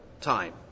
time